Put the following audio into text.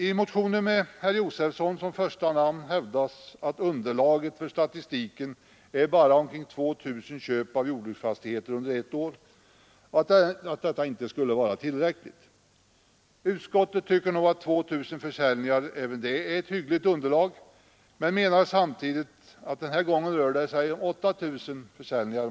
I motionen med herr Josefson som första namn hävdas att underlaget för statistiken är bara omkring 2 000 köp av jordbruksfastigheter under ett år och att detta inte skulle vara tillräckligt. Utskottet tycker nog att 2 000 försäljningar är även det ett hyggligt underlag men menar samtidigt att det denna gång rör sig om 8 000 försäljningar.